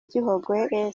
gihogwe